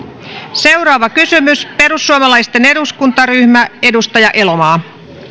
seuraava kysymys perussuomalaisten eduskuntaryhmä edustaja elomaa